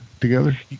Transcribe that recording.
together